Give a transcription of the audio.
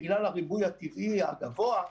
בגלל הריבוי הטבעי הגבוה,